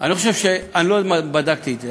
לא בדקתי את זה,